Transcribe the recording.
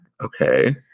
okay